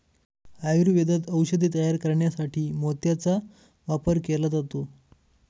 आयुर्वेदात औषधे तयार करण्यासाठी मोत्याचा वापर केला जातो